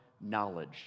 knowledge